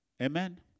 Amen